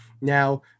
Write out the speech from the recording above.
Now